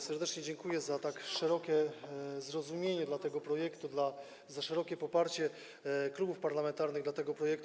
Serdecznie dziękuję za tak szerokie zrozumienie dla tego projektu, za szerokie poparcie klubów parlamentarnych dla tego projektu.